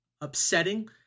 upsetting